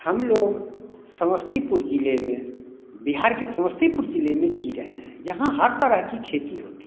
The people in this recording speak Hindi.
हम लोग समस्तीपुर जिले में बिहार के समस्तीपुर जिले में जी रहे हैं यहाँ हर तरह की खेती होती है